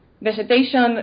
vegetation